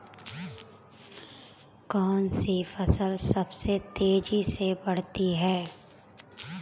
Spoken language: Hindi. कौनसी फसल सबसे तेज़ी से बढ़ती है?